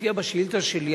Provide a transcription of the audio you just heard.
מופיע בשאילתא שלי,